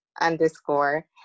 underscore